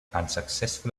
unsuccessful